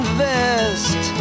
vest